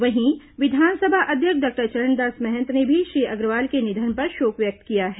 वहीं विधानसभा अध्यक्ष डॉक्टर चरणदास महंत ने भी श्री अग्रवाल के निधन पर शोक व्यक्त किया है